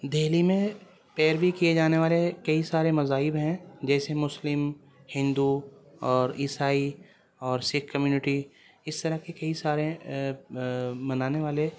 دہلی میں پیروی کیے جانے والے کئی سارے مذاہب ہیں جیسے مسلم ہندو اور عیسائی اور سکھ کمیونیٹی اس طرح کے کئی سارے منانے والے